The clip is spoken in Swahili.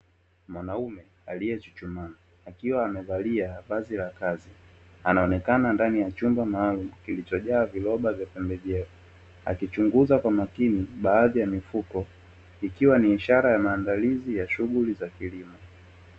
Mwanaume aliyechuchumaa akiwa amevalia vazi la kazi, anaonekana ndani ya chumba maalumu kilichojaa viroba vya pembejeo akichunguza kwa makini baadhi ya mifuko ikiwa ni ishara ya maandilizi ya shughuli za kilimo.